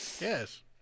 Yes